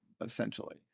essentially